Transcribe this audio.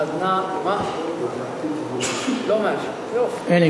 אין אישור.